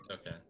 Okay